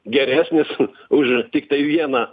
geresnis už tiktai vieną